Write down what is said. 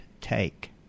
take